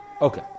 Okay